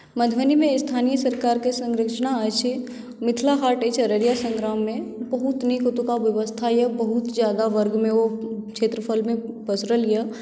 मधुबनीमे स्थानीय सरकारकेँ सँरचना अछि मिथिला हाट अछि अररिया सङ्ग्राममे बहुत नीक ओतुका व्यवस्था यए बहुत ज्यादा वर्गमे ओ क्षेत्रफलमे पसरल यए